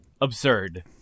Absurd